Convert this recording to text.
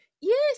yes